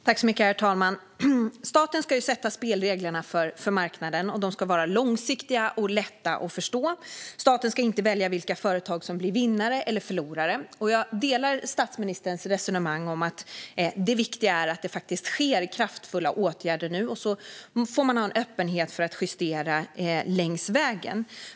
Herr talman! Staten ska sätta spelreglerna för marknaden. De ska vara långsiktiga och lätta att förstå. Staten ska inte välja vilka företag som blir vinnare eller förlorare. Jag delar statsministerns resonemang - det viktiga är att det vidtas kraftfulla åtgärder nu, och man får ha en öppenhet för att justera längs vägen.